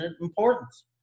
importance